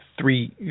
three